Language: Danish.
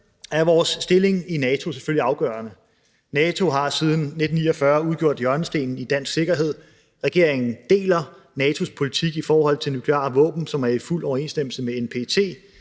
er vores stilling i NATO selvfølgelig afgørende. NATO har siden 1949 udgjort hjørnestenen i dansk sikkerhed. Regeringen deler NATO's politik i forhold til nukleare våben, som er i fuld overensstemmelse med NPT.